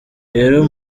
rero